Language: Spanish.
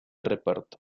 reparto